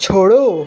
छोड़ो